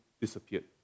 disappeared